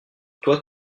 toi